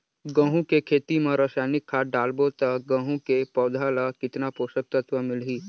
गंहू के खेती मां रसायनिक खाद डालबो ता गंहू के पौधा ला कितन पोषक तत्व मिलही?